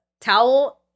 towel